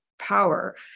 Power